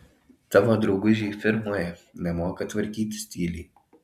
tavo draugužiai firmoje nemoka tvarkytis tyliai